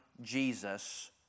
Jesus